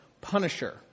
punisher